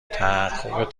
تحقق